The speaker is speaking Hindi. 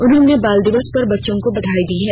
उन्होंने बाल दिवस पर बच्चों को बधाई दी है